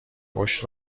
پشت